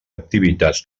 activitats